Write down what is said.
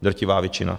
Drtivá většina.